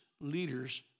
leaders